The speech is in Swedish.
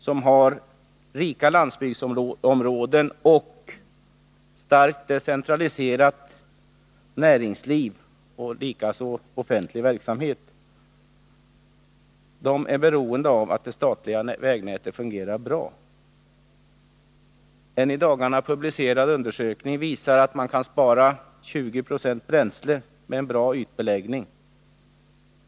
Där finns rika landsbygdsområden och ett starkt decentraliserat näringsliv liksom även offentlig verksamhet. De är beroende av att det statliga vägnätet fungerar bra. En i dagarna publicerad undersökning visar att man kan spara 20 90 bränsle med en bra ytbeläggning.